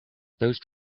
those